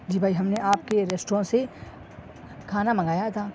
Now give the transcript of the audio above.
جی بھائی ہم نے آپ کے ریسٹوراں سے کھانا منگایا تھا